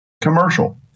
commercial